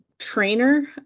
trainer